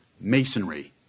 masonry